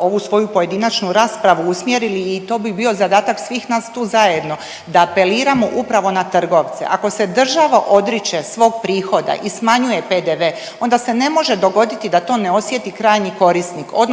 ovu svoju pojedinačnu raspravu usmjerili i to bi bio zadatak svih nas tu zajedno da apeliramo upravo na trgovce. Ako se država odriče svog prihoda i smanjuje PDV onda se ne može dogoditi da to ne osjeti krajnji korisnik odnosno